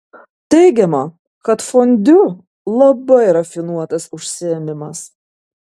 teigiama kad fondiu labai rafinuotas užsiėmimas